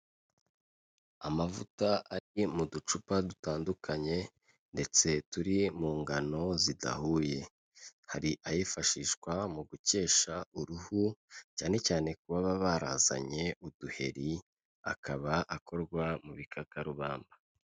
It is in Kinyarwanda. Amavuta ari mu ducupa dutandukanye ndetse turi mu ngano zidahuye, hari ayifashishwa mu gukesha uruhu, cyane cyane ku baba barazanye uduheri, akaba akorwa mu bikakarubamba.